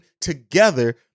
together